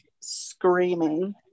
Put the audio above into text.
screaming